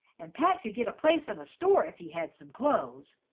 and pat could get a place in a store if he had some clothes.